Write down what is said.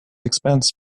expense